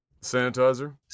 sanitizer